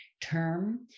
term